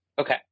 Okay